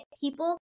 people